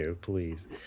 please